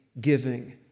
giving